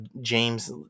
James